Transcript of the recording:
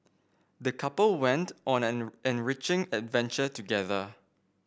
the couple went on an enriching adventure together